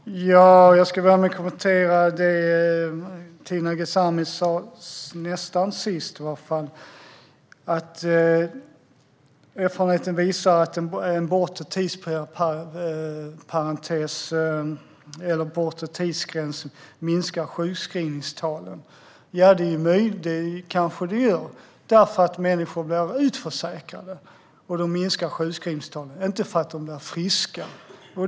Herr talman! Jag skulle gärna kommentera det Tina Ghasemi sa nästan sist, att erfarenheten visar att en bortre tidsgräns minskar sjukskrivningstalen. Ja, men det är kanske för att människor blir utförsäkrade som sjukskrivningstalen minskar. Det är inte för att de blir friska.